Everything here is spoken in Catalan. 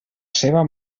seva